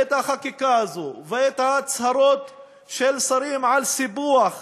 ואת החקיקה הזאת, ואת ההצהרות של שרים על סיפוח